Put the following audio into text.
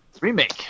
Remake